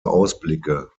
ausblicke